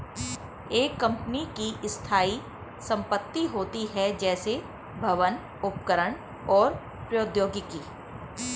एक कंपनी की स्थायी संपत्ति होती हैं, जैसे भवन, उपकरण और प्रौद्योगिकी